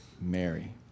Mary